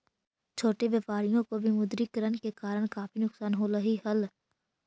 छोटे व्यापारियों को विमुद्रीकरण के कारण काफी नुकसान होलई हल